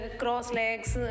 cross-legs